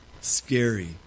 Scary